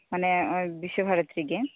ᱢᱟᱱᱮ ᱵᱤᱥᱥᱚ ᱵᱷᱟᱨᱚᱛᱤ ᱨᱮᱜᱤ